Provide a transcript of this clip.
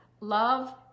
love